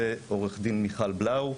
ועו"ד מיכל בלאו,